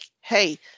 Hey